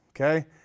Okay